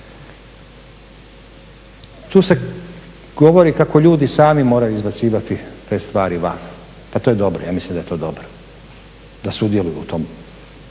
Tu se govori kako ljudi sami moraju izbacivati te stvari van, a to je dobro, ja mislim da je to dobro da sudjeluju u tom